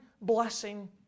blessing